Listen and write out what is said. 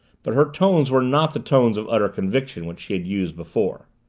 but her tones were not the tones of utter conviction which she had used before.